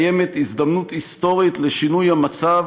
קיימת הזדמנות היסטורית לשינוי המצב